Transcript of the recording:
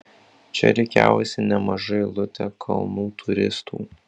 čia rikiavosi nemaža eilutė kalnų turistų